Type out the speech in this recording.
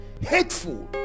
hateful